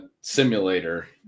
simulator